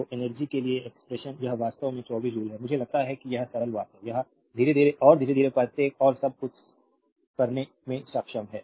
तो एनर्जी के लिए एक्सप्रेशन यह वास्तव में 24 जूल है मुझे लगता है कि यह सरल बात है यह धीरे धीरे और धीरे धीरे प्रत्येक और सब कुछ करने में सक्षम है